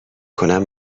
کنم